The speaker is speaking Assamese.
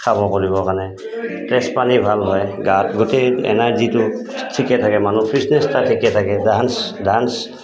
খাব কৰিবৰ কাৰণে তেজ পানী ভাল হয় গাত গোটেই এনাৰ্জিটো ঠিকে থাকে মানুহ ফিটনেছটো ঠিকে থাকে ডান্স ডান্স